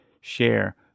share